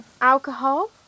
Alcohol